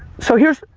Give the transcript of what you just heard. so here's.